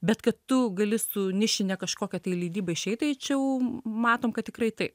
bet kad tu gali su nišine kažkokia tai leidyba išeit tai čia jau matom kad tikrai taip